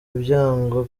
ibyago